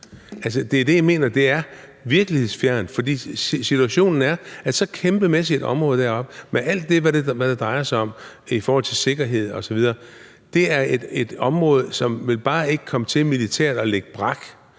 Altså, det er det, jeg mener er virkelighedsfjernt. For situationen er, at i forhold til det kæmpemæssige område deroppe og med alt det, som det drejer sig om i forhold til sikkerhed osv., er det noget, som militært bare ikke kommer til at ligge brak.